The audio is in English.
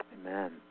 amen